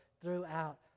throughout